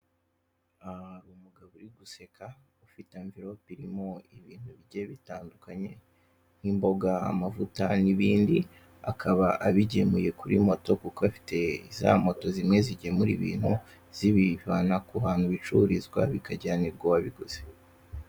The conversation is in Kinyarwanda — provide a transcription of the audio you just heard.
Aha hari umugabo uri guseka, ufite amvelepe irimo ibintu bigiye bitandukanye: nk'imbogoga, amavuta n'ibindi,...; akaba abigemuye kuri moto, kuko afite za moto zimwe zigemura ibintu zibivana ahantu bicururizwa bikajyanirwa uwabiguze.